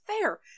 fair